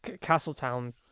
Castletown